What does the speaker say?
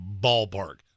ballpark